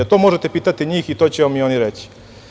To možete pitati njih i to će vam i oni reći.